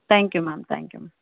thank you ma'am thank you ma'am